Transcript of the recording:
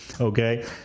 Okay